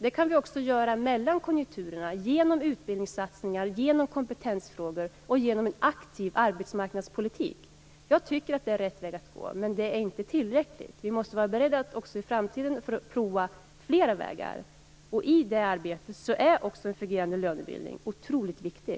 Det kan vi också göra mellan konjunkturerna genom utbildningssatsningar, att satsa på kompetensfrågor och genom en aktiv arbetsmarknadspolitik. Det är rätt väg att gå. Men det är inte tillräckligt. Vi måste vara beredda att också i framtiden prova fler vägar. I det arbetet är en fungerande lönebildning otroligt viktig.